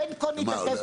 בין כה נתעכב פה -- מה,